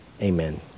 Amen